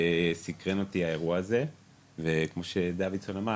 סיקרן אותי האירוע הזה וכמו שסימון דוידסון אמר,